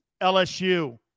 LSU